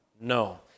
No